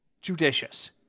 judicious